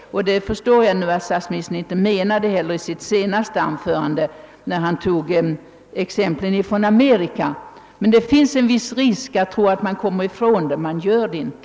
Av statsministerns senaste anförande, där han anförde exempel från Amerika, förstår jag att han inte heller menade detta.